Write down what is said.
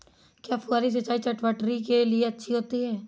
क्या फुहारी सिंचाई चटवटरी के लिए अच्छी होती है?